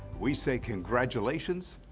we say congratulations.